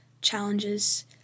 challenges